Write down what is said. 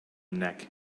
neck